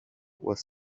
was